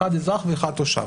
אחד אזרח ואחד תושב.